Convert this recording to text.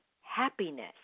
happiness